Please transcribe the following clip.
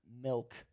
milk